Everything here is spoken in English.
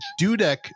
Dudek